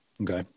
Okay